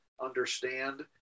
understand